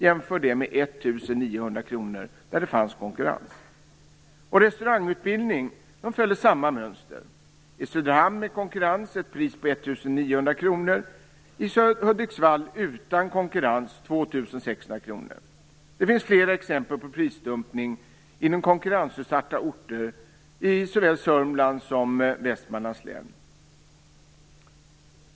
Jämför detta med 1 900 kronor där det fanns konkurrens! Restaurangutbildningen följde samma mönster. I Söderhamn, där det finns konkurrens, var priset 1 900 2 600 kronor. Det finns flera exempel på prisdumpning inom konkurrensutsatta orter i såväl Sörmlands som Västmanlands län.